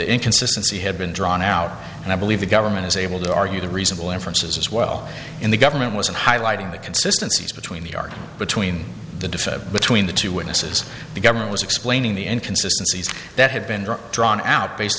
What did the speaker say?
inconsistency had been drawn out and i believe the government is able to argue the reasonable inference as well in the government wasn't highlighting the consistencies between the argument between the defense between the two witnesses the government was explaining the inconsistency that had been drawn out based